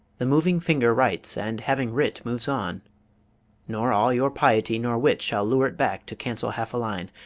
the moving finger writes and having writ moves on nor all your piety nor wit shall lure it back to cancel half a line,